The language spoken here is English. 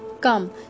come